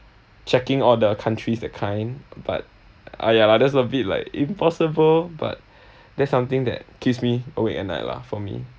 checking all the countries that kind but ah ya lah that's a bit like impossible but that's something that keeps me awake at night lah for me